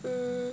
mm